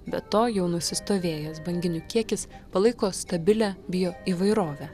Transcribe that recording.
be to jau nusistovėjęs banginių kiekis palaiko stabilią bio įvairovę